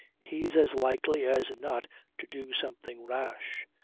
he's as likely as not to do something rash.